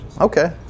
okay